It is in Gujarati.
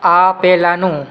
આ પહેલાંનું